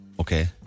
Okay